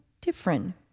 different